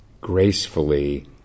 gracefully